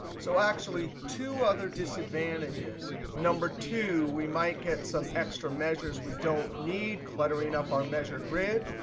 so actually, two other disadvantages. number two, we might get some extra measures we don't need cluttering up our measure grid.